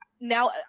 Now